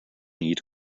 eat